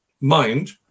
mind